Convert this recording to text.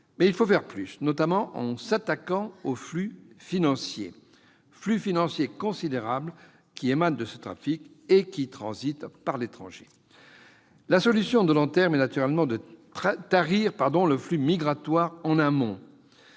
Mais il faut faire plus, notamment en s'attaquant aux flux financiers considérables qui émanent de ce trafic et qui transitent par l'étranger. La solution de long terme est naturellement de tarir le flux migratoire en amont.